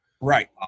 Right